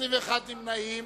21 נמנעים.